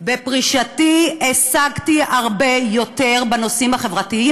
בפרישתי השגתי הרבה יותר בנושאים החברתיים